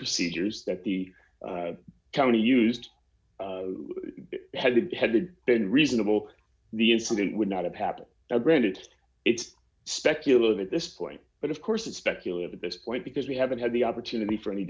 procedures that the county used has it had been reasonable the incident would not have happened now granted it's speculative at this point but of course it's speculative at this point because we haven't had the opportunity for any